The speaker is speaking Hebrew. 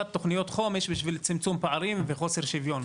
תוכניות חומש בשביל צמצום פערים וחוסר שוויון,